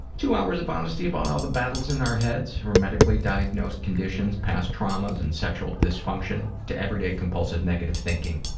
two hours of honesty about all of the battles in our heads from medically diagnosed conditions, past traumas and sexual dysfunction to every day compulsive negative thinking.